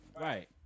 Right